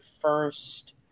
first